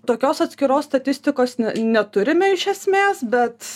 tokios atskiros statistikos n neturime iš esmės bet